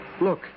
Look